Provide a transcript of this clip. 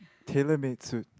tailor made suit